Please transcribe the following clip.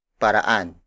paraan